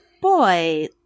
boy